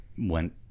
went